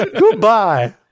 Goodbye